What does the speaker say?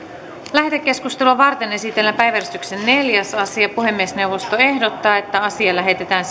lähetekeskustelua varten esitellään päiväjärjestyksen neljäs asia puhemiesneuvosto ehdottaa että asia lähetetään